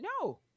No